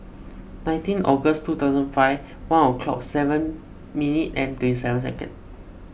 nineteen August two thousand and five one o'clock seven minute and twenty seven second